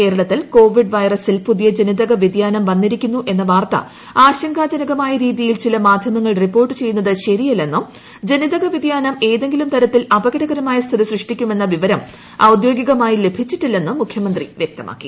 കേരളത്തിൽ കോവിഡ് വൈറസ്ടിൽ പുതിയ ജനിതക വൃതിയാനം വന്നിരിക്കുന്നു എന്ന വാർത്ത ആൾക്കാജനകമായ രീതിയിൽ ചില മാധ്യമങ്ങൾ റിപ്പോർട്ട് ചെയ്യുന്നുത് ശരിയല്ലെന്നും ജനിതക വ്യതിയാനം ഏതെങ്കിലും ത്രത്തിൽ അപകടകരമായ സ്ഥിതി സൃഷ്ടിക്കുമെന്ന വിവരം ഒക്ട്യോഗികമായി ലഭിച്ചിട്ടില്ലെന്നും മുഖ്യമന്ത്രി വ്യക്തമാക്കി